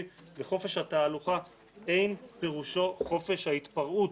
וחופש התהלוכה אין פירושו חופש ההתפרעות',